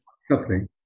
suffering